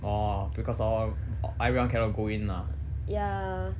orh because orh everyone cannot go in ah